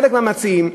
חלק מהמציעים,